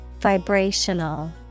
Vibrational